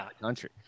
country